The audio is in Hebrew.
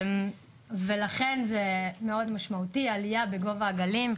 ולכן זה מאוד משמעותי, העלייה בגובה הגלים.